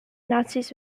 nazis